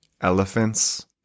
elephants